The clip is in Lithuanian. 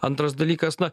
antras dalykas na